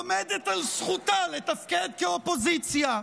עומדת על זכותה לתפקד כאופוזיציה.